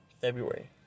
February